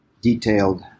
detailed